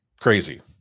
crazy